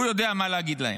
הוא יודע מה להגיד להם.